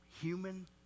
human